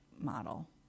model